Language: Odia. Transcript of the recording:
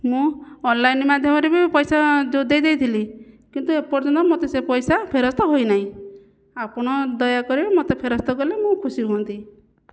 ମୁଁ ଅନଲାଇନ୍ ମାଧ୍ୟମରେ ବି ପଇସା ଯେଉଁ ଦେଇଦେଇଥିଲି କିନ୍ତୁ ଏପର୍ଯ୍ୟନ୍ତ ମୋତେ ସେ ପଇସା ଫେରସ୍ତ ହୋଇନାହିଁ ଆପଣ ଦୟାକରି ମୋତେ ଫେରସ୍ତ କଲେ ମୁଁ ଖୁସି ହୁଅନ୍ତି